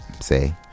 say